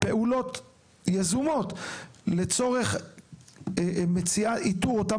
פעולות יזומות לצורך מציאה ואיתור אותם